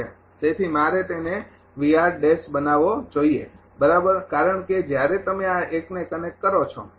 તેથી મારે તેને બનાવવો જોઈએ બરાબર કારણ કે જ્યારે તમે આ એકને કનેક્ટ કરો છો